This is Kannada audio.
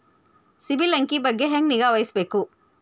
ಸಿಬಿಲ್ ಅಂಕಿ ಬಗ್ಗೆ ಹೆಂಗ್ ನಿಗಾವಹಿಸಬೇಕು?